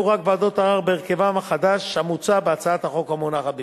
רק ועדות ערר בהרכבן החדש המוצע בהצעת החוק המונחת לפניכם.